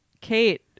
Kate